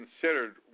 considered